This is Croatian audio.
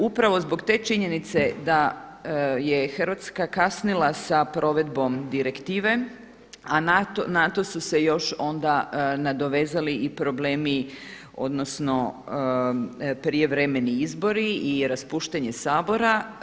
Upravo zbog te činjenice da je Hrvatska kasnila sa provedbom direktive a na to su se još onda nadovezali i problemi odnosno prijevremeni izbori i raspuštanje Sabora.